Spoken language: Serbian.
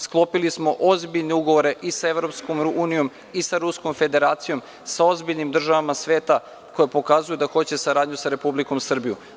Sklopili smo ozbiljne ugovore i sa EU i sa Ruskom Federacijom, sa ozbiljnim državama sveta koje pokazuju da hoće saradnju sa Republikom Srbijom.